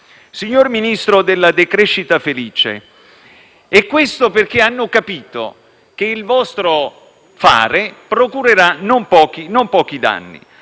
Signor Ministro della decrescita felice, ciò accade perché hanno capito che il vostro fare procurerà non pochi danni.